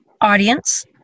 audience